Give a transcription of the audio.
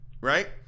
Right